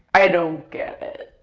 i don't get it.